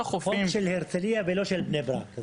חופים --- החוף הוא של הרצליה ולא של בני ברק,